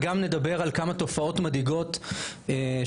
וגם נדבר על כמה תופעות מדאיגות שאנחנו